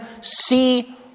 see